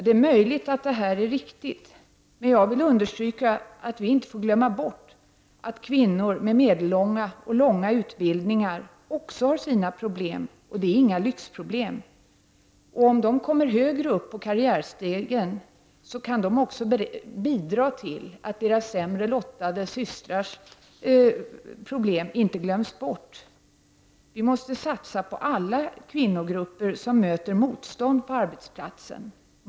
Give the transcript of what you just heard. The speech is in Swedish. Det är möjligt att det är riktigt, men jag vill understryka att vi inte får glömma bort att kvinnor med medellånga och långa utbildningar också har sina problem, och det är inte några lyxproblem. Om de kommer högre upp på karriärstegen kan de bidra till att deras sämre lottade systrars problem inte glöms bort. Vi måste satsa på alla kvinnogrupper som möter motstånd på arbetsplatsen.